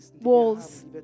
walls